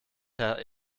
herr